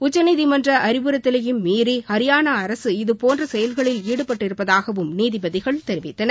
உச்சநீதிமன்ற அறிவுறுத்தலையும் மீறி ஹரியானா அரசு இதுபோன்ற செயல்களில் ஈடுபட்டிருப்பதாகவும் நீதிபதிகள் தெரிவித்தனர்